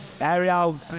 Ariel